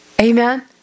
Amen